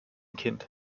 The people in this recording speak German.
kind